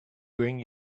bring